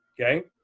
okay